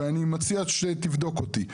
ואני מציע שתבדוק אותי.